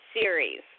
series